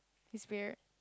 its weird